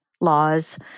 laws